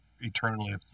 eternally